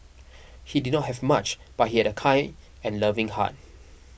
he did not have much but he had a kind and loving heart